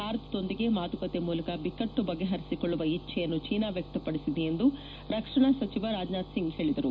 ಭಾರತದೊಂದಿಗೆ ಮಾತುಕತೆಯ ಮೂಲಕ ಬಿಕ್ಕಟ್ಟು ಬಗೆಹರಿಸಿಕೊಳ್ಳುವ ಇಚ್ಛೆಯನ್ನು ಚೀನಾ ವ್ಯಕ್ತಪಡಿಸಿದೆ ಎಂದು ಎಂದು ರಕ್ಷಣಾ ಸಚಿವ ರಾಜನಾಥ್ ಸಿಂಗ್ ಹೇಳಿದರು